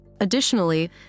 Additionally